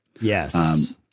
Yes